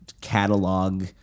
catalog